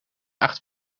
acht